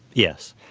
yes.